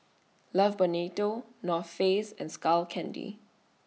Love Bonito North Face and Skull Candy